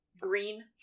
green